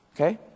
okay